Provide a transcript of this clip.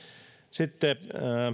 sitten